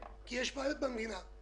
כי יש בעיות במדינה,